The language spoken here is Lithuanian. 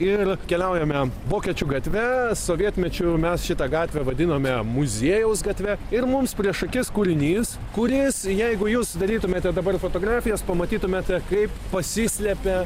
ir keliaujame vokiečių gatve sovietmečiu mes šitą gatvę vadinome muziejaus gatve ir mums prieš akis kūrinys kuris jeigu jūs darytumėte dabar fotografijas pamatytumėte kaip pasislepia